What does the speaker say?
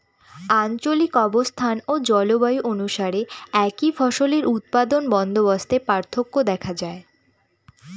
আঞ্চলিক অবস্থান ও জলবায়ু অনুসারে একই ফসলের উৎপাদন বন্দোবস্তে পার্থক্য দেখা যায়